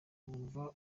bumva